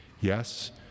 Yes